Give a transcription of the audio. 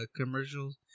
commercials